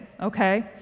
okay